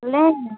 लेंगे